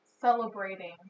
celebrating